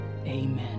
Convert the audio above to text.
amen